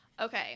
Okay